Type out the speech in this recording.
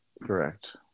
Correct